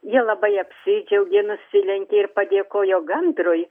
jie labai apsidžiaugė nusilenkė ir padėkojo gandrui